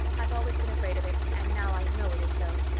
i've always been afraid of it, and now i know it is so.